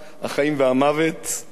והמוות ביד הלשון,